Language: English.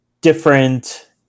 different